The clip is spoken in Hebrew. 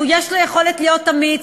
ויש לו יכולת להיות אמיץ,